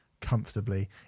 comfortably